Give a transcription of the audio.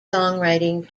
songwriting